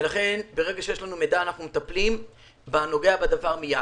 לכן ברגע שיש לנו מידע אנחנו מטפלים בנוגע בדבר מייד.